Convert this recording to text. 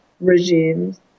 regimes